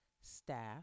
staff